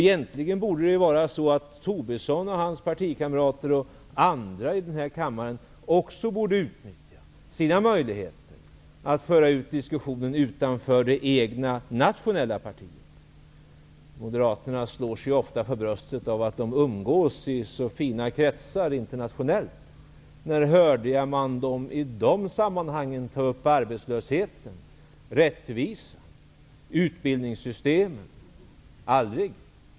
Egentligen borde det vara så att Tobisson och hans partikamrater och andra i denna kammare också utnyttjade sina möjligheter att föra ut diskussionen utanför det egna nationella partiet. Moderaterna slår sig ofta för bröstet för att de umgås i så fina kretsar internationellt. När hörde man dem i de sammanhangen ta upp arbetslösheten, rättvisan, utbildningssystemen? Aldrig!